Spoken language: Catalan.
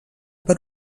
per